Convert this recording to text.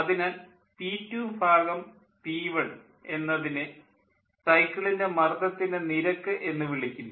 അതിനാൽ P2P1 എന്നതിനെ സൈക്കിളിൻ്റെ മർദ്ദത്തിൻ്റെ നിരക്ക് എന്നു വിളിക്കുന്നു